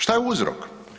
Šta je uzrok?